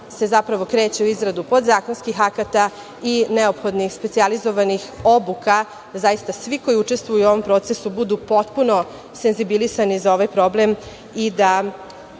se zapravo kreće u izradu podzakonskih akata i neophodnih specijalizovanih obuka, da zaista svi koji učestvuju u ovom procesu budu potpuno senzibilisani za ovaj problem